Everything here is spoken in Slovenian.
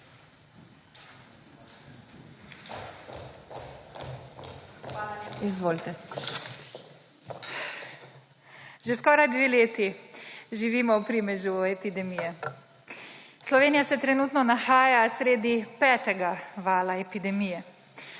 Že skoraj dve leti živimo v primežu epidemije. Slovenija se trenutno nahaja sredi petega vala epidemije.